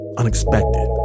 unexpected